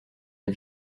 les